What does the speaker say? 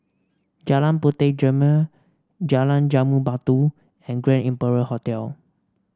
Jalan Puteh Jerneh Jalan Jambu Batu and Grand Imperial Hotel